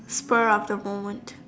spur of the moment